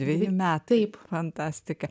vieni metai kaip fantastika